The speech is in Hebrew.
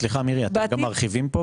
סליחה, מירי, אתם גם מרחיבים פה.